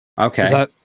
Okay